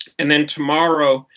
and then tomorrow,